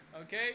okay